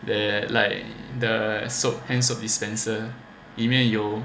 the like the soap hand soap dispenser 里面有